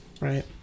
right